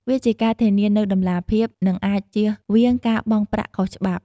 វាជាការធានានូវតម្លាភាព និងអាចជៀសវាងការបង់ប្រាក់ខុសច្បាប់។